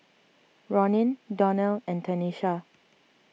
Ronin Donnell and Tenisha